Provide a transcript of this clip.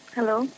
Hello